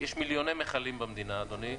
יש מיליוני מכלים במדינה, אדוני.